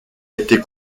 été